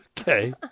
Okay